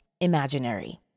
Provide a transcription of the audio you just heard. imaginary